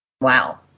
Wow